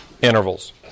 intervals